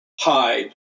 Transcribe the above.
hide